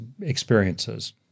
experiences